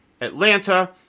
Atlanta